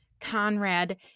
Conrad